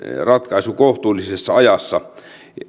ratkaisu kohtuullisessa ajassa